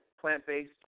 plant-based